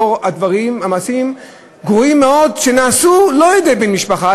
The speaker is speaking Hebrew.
בעקבות המעשים הגרועים שנעשו לא על-ידי בן-משפחה,